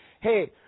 Hey